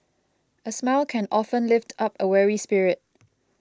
a smile can often lift up a weary spirit